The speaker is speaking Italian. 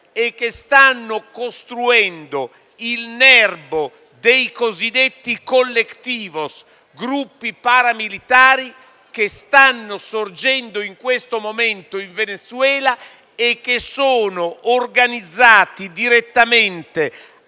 e che stanno costruendo il nerbo dei cosiddetti *colectivos*, gruppi paramilitari che stanno sorgendo in questo momento in Venezuela e che sono organizzati, direttamente